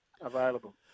available